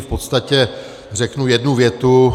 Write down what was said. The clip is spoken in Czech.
V podstatě řeknu jednu větu.